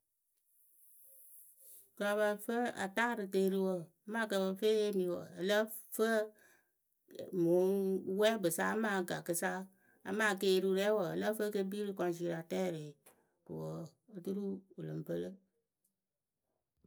kɨ ǝ pǝ fɨ a taarɨ keeri wǝ amaa kɨ ǝ pǝ fɨ eyeemi wǝǝ ǝ lǝ́ǝ fɨ wɨŋ wɛɛkpǝ sa amaa gakǝ sa amaa keeriurɛ wǝǝ ǝ lǝ́ǝ fɨ eke kpii rɨ kɔŋzielatɛrɩ ko wǝ oturu wǝ lɨŋ pɨlɨ